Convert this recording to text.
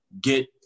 Get